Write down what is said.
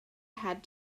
had